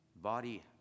Body